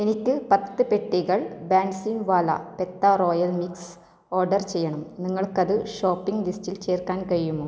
എനിക്ക് പത്ത് പെട്ടികൾ ബൻസിവാല പെത്ത റോയൽ മിക്സ് ഓഡർ ചെയ്യണം നിങ്ങൾക്കത് ഷോപ്പിംഗ് ലിസ്റ്റിൽ ചേർക്കാൻ കഴിയുമോ